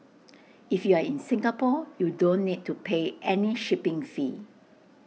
if you are in Singapore you don't need to pay any shipping fee